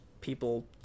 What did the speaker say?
people